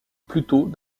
plutôt